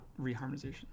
reharmonization